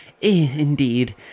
Indeed